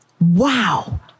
Wow